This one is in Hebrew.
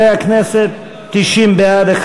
הצעת ועדת